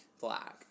Black